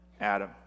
Adam